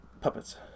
puppets